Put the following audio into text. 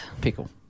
Pickle